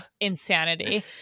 insanity